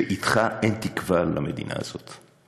שאתך אין תקווה למדינה הזאת,